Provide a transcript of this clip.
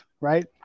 right